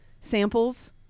samples